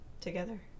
together